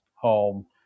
home